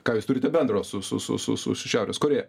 ką jūs turite bendro su su su su su šiaurės korėja